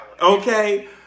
okay